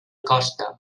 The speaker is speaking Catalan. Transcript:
costa